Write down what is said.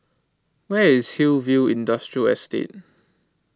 where is Hillview Industrial Estate